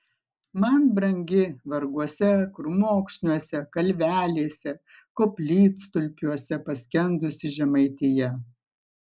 man brangi varguose krūmokšniuose kalvelėse koplytstulpiuose paskendusi žemaitija